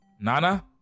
Nana